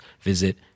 visit